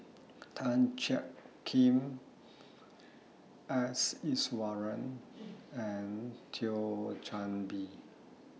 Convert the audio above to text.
Tan Jiak Kim S Iswaran and Thio Chan Bee